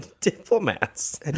diplomats